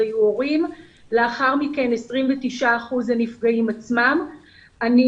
לאחר מכן 29 אחוזים הנפגעים עצמם,